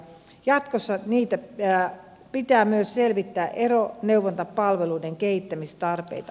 jatkossa pitää myös selvittää eroneuvontapalveluiden kehittämistarpeita